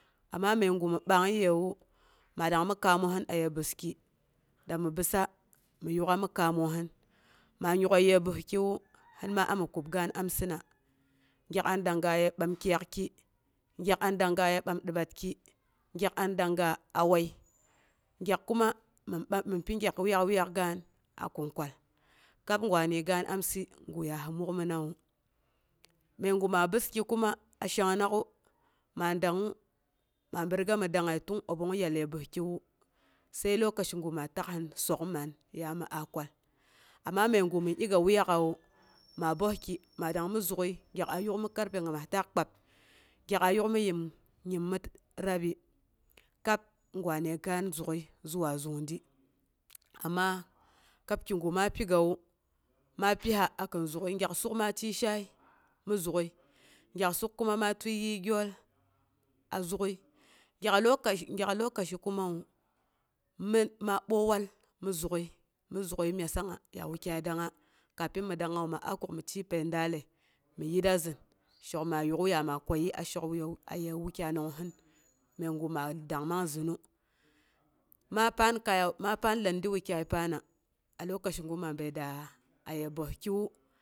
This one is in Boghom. Amma məigu mi ɓangyiyewu, maa dang mi kaamosin age bəski, dami bəskina, mi yuk'a mi kaamohin, maa yuk'əi ye ɓəskiwu, sɨn maa ami kub gaan amsina gyak an dangga ye ɓam kɨyakki, gyak an dangga ye ɓam dibatki, gyak am dangga a wai gyak kuma min bam, mɨn pi gyak wayak- wayak gaan a kungkwal, kab gwa degan amsɨ guya hi muk mina wu. məigu ma bəski kuma, a shangnak'u, maa dangngu ma bi riga mi dangngəi tun abong yal yə bəskiwu, sai lokaci gu ma takhin sok'ung man, ya mi a kwal. Amma məiga min igga wuyak'am ma bəski ma əang mi zuk'əi, gyak a yuk mi karfe ngimas taak kpab. Gyak ayuk mi nyim mi rabi, kab gwa nde gaan zuk'əi zuwa zungdi, amma kab kigu ma pigawu, ma pisa a kin zak'ai, gyak suk ma tiəi shaai mi zuk'əi gyak suk kuma, ma tiəi yii gyol a zuk'ai, gyak lokaci kumawu, ma boiwal, mi zuk'əi miasangnga ya wukyai dangnga, kafin mi dangnga, ma a kak mi tiəi pəi datle, mi yitrazin shok maa yuk'u ya mi kwayi ashok aye wukyai nangngab məigu ma dang man zɨnu. Ma paan kaya, ma pan landi wukyai paana, a lokacigu ma bəi da aye bəskiwu